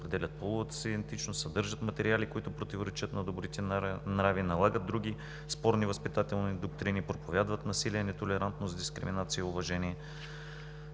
половата си идентичност, съдържат материали, които противоречат на добрите нрави, налагат други спорни възпитателни доктрини, проповядват насилие, нетолерантност, дискриминация, неуважение.